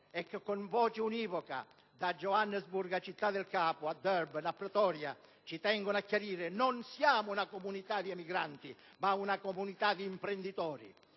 che con voce univoca, da Johannesburg a Città del Capo, a Durban, a Pretoria, ci tengono a chiarire di essere non una comunità di emigranti, ma una comunità di imprenditori.